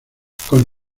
con